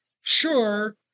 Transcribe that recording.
sure